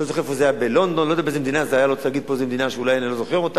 אני לא זוכר איפה זה היה, בלונדון, אני לא יודע